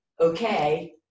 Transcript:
okay